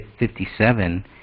57